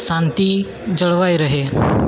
શાંતિ જળવાઈ રહે